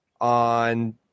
on